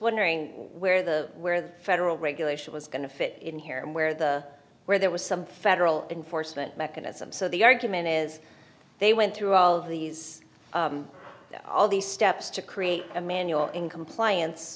wondering where the where the federal regulation was going to fit in here and where the where there was some federal enforcement mechanism so the argument is they went through all of these all these steps to create a manual in compliance